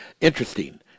Interesting